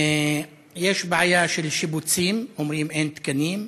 יש בעיה של שיבוצים, אומרים: אין תקנים.